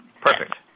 Perfect